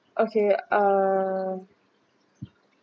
okay uh